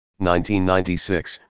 1996